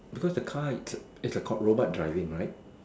because the car it's a it's a car robot driving right